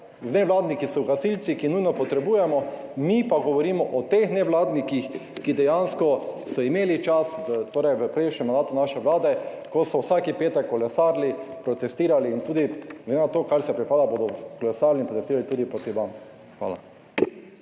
nevladniki so gasilci, ki jih nujno potrebujemo. Mi pa govorimo o teh nevladnikih, ki so dejansko imeli čas v prejšnjem mandatu naše vlade, ko so vsak petek kolesarili, protestirali, in glede na to, kar se pripravlja, bodo kolesarili in protestirali tudi proti vam. Hvala.